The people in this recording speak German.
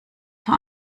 vor